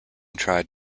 tried